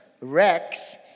Rex